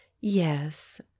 yes